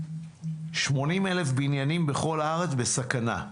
80,000 בניינים בכל הארץ בסכנה.